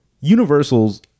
Universal's